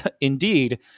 Indeed